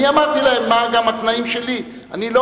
אני אמרתי להם גם מה הם התנאים שלי.